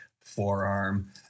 forearm